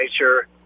nature